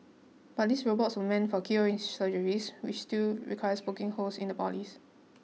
but these robots were meant for keyhole surgeries which still requires poking holes in the bodies